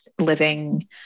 living